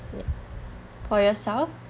for yourself